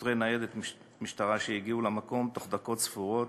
שוטרי ניידת משטרה שהגיעו בתוך דקות ספורות